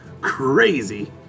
Crazy